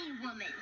woman